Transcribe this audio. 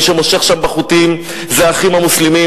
מי שמושך שם בחוטים זה "האחים המוסלמים",